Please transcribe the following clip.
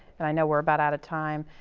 and i know we're about out of time.